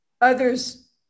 Others